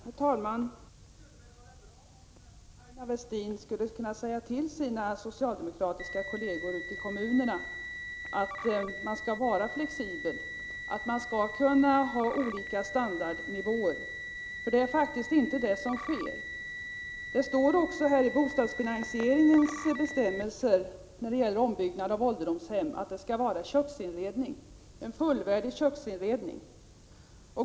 Herr talman! Det skulle vara bra om Aina Westin kunde säga till sina socialdemokratiska kolleger i kommunerna att man skall vara flexibel och att man skall kunna ha olika standardnivåer. Det är faktiskt inte så nu. Det står också i bostadsfinansieringsbestämmelserna beträffande ombyggnad av ålderdomshemmen att det skall finnas en fullvärdig köksinredning.